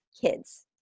kids